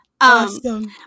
Awesome